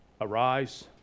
Arise